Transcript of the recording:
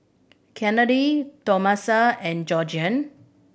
Kennedy Tomasa and Georgiann